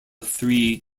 three